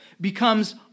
becomes